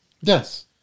yes